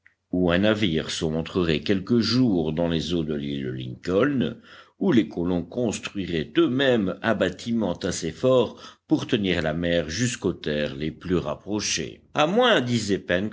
ou un navire se montrerait quelque jour dans les eaux de l'île lincoln ou les colons construiraient eux-mêmes un bâtiment assez fort pour tenir la mer jusqu'aux terres les plus rapprochées à moins